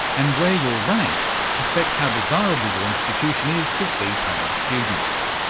and where you're ranked affects how desirable your institution is to fee-paying students.